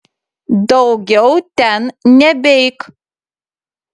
daugiau ten nebeik